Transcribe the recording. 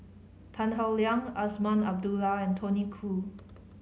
Tan Howe Liang Azman Abdullah and Tony Khoo